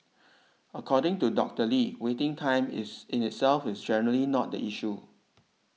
according to Doctor Lee waiting time is itself is generally not the issue